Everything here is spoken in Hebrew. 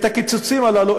את הקיצוצים הללו,